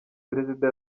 perezida